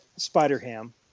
Spider-Ham